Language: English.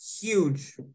huge